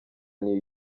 new